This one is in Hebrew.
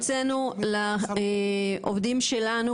הוצאנו לעובדים שלנו,